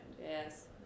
Yes